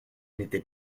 n’était